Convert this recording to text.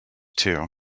too